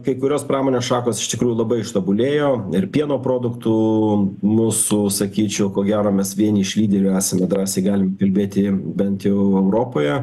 kai kurios pramonės šakos iš tikrųjų labai ištobulėjo ir pieno produktų mūsų sakyčiau ko gero mes vieni iš lyderių esame drąsiai galim kalbėti bent jau europoje